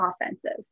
offensive